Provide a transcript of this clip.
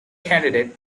candidate